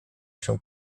się